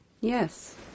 Yes